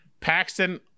Paxton